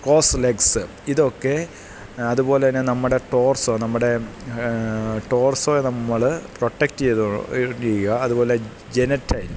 cross legs ഇതൊക്കെ അതുപോലെതന്നെ നമ്മുടെ ടോർസോ നമ്മുടെ ടോർസോെയെ നമ്മള് പ്രൊട്ടക്റ്റേയ്തോ അതുപോലെ ജെനെറ്റ്രയൽ